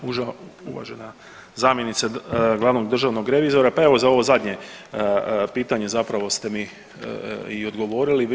Uvažena zamjenice glavnog državnog revizora, pa evo za ovo zadnje pitanje zapravo ste mi i odgovorili.